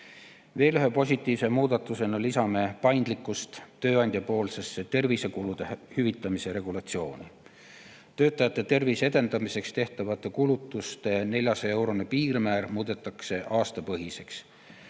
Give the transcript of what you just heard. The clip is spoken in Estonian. Veel ühe positiivse muudatusena lisame paindlikkust tööandjapoolsesse tervisekulude hüvitamise regulatsiooni. Töötajate tervise edendamiseks tehtavate kulutuste 400-eurone piirmäär muudetakse aastapõhiseks.